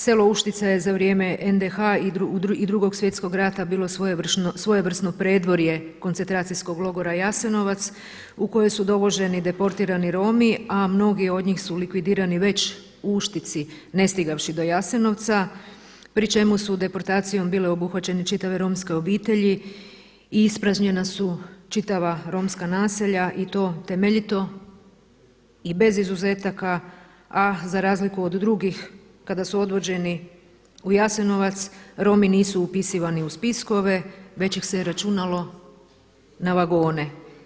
Selo Uštica je za vrijeme NDH i Drugog svjetskog rata bilo svojevrsno predvorje koncentracijskog logora Jasenovac u koje su dovoženi deportirani Romi, a mnogi od njih su likvidirani već u Uštici ne stigavši do Jasenovca pri čemu su deportacijom bile obuhvaćene čitave romske obitelji i ispražnjena su čitava romska naselja i to temeljito i bez izuzetaka a za razliku od drugih kada su odvođeni u Jasenovac Romi nisu upisivani u spiskove već ih se računalo na vagone.